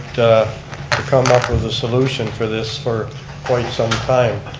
to come up with a solution for this for quite some time.